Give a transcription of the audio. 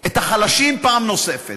את החלשים פעם נוספת.